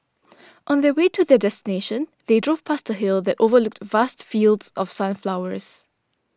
on the way to their destination they drove past a hill that overlooked vast fields of sunflowers